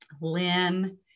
Lynn